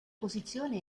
posizione